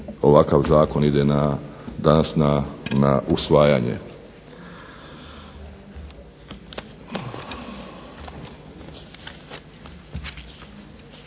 ovakav zakon ide na, danas na usvajanje.